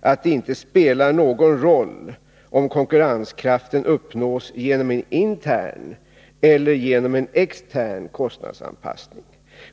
att det inte spelar någon roll om konkurrenskraften uppnås genom en intern eller genom en extern kostnadsanpassning.